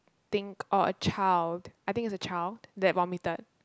think or a child I think it's a child that vomited